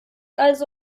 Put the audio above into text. also